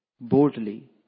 boldly